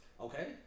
okay